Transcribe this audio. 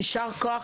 יישר כוח.